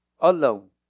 Alone